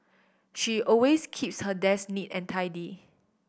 she always keeps her desk neat and tidy